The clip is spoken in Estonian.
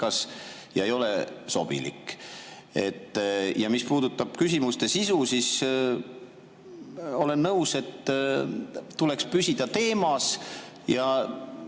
ega ole sobilik. Ja mis puudutab küsimuste sisu, siis olen nõus, et tuleks püsida teemas. Ja